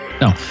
No